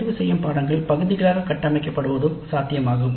தேர்தல்கள் பகுதிகளாக கட்டமைக்கப்படுவதும் சாத்தியமாகும்